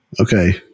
Okay